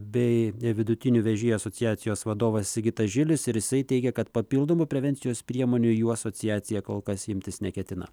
bei vidutinių vežėjų asociacijos vadovas sigitas žilius ir jisai teigia kad papildomų prevencijos priemonių jų asociacija kol kas imtis neketina